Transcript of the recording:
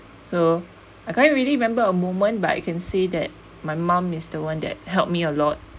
so I can't really remember a moment but I can say that my mum is the one that helped me a lot